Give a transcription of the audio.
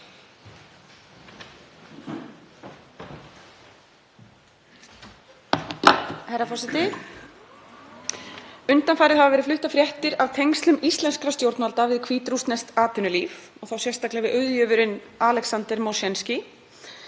Herra forseti. Undanfarið hafa verið fluttar fréttir af tengslum íslenskra stjórnvalda við hvít-rússneskt atvinnulíf og þá sérstaklega við auðjöfurinn Alexander Moshensky,